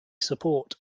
support